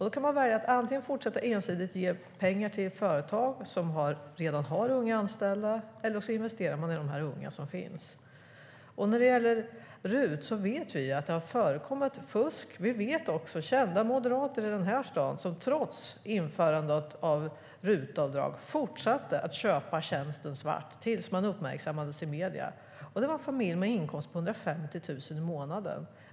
Då kan man välja att fortsätta att ensidigt ge pengar till företag som redan har unga anställda, eller så investerar man i de unga som finns. När det gäller RUT vet vi att det har förekommit fusk. Vi vet också att det var kända moderater i den här staden som trots införandet av RUT-avdrag fortsatte att köpa tjänsten svart tills de uppmärksammades i medierna. Det var en familj med en inkomst på 150 000 i månaden.